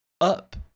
up